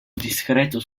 discreto